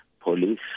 Police